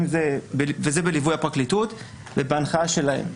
וזה בליווי הפרקליטות ובהנחיה שלהם.